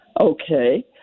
Okay